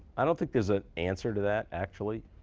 i don't think there's an answer to that, actually.